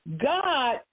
God